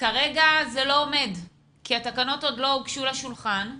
כרגע זה לא עומד כי התקנות עוד לא הוגשו לשולחן.